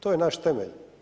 To je naš temelj.